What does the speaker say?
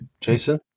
Jason